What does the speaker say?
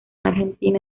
argentina